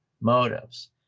motives